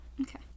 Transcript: Okay